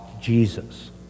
Jesus